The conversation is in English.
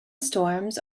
storms